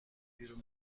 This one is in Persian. بیرون